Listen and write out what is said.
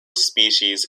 species